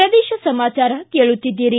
ಪ್ರದೇಶ ಸಮಾಚಾರ ಕೇಳುತ್ತೀದ್ದಿರಿ